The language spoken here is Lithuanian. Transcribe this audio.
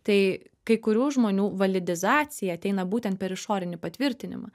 tai kai kurių žmonių validizacija ateina būtent per išorinį patvirtinimą